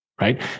right